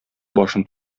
башын